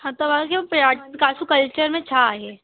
हा तव्हांखे हू पिया पिकासो कल्चर में छा आहे